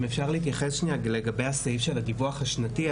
אם אפשר להתייחס שנייה לגבי הסעיף של הדיווח השנתי,